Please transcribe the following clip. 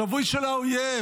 שבוי של האויב.